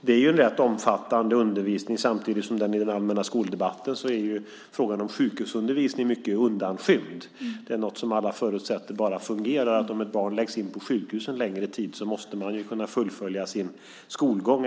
Det är en rätt omfattande undervisning. Samtidigt är frågan om sjukhusundervisning mycket undanskymd i den allmänna skoldebatten. Det är något som alla förutsätter bara fungerar. Även om ett barn ligger på sjukhus en längre tid måste det kunna fullfölja sin skolgång.